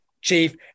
chief